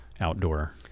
outdoor